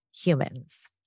HUMANS